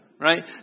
Right